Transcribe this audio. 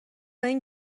این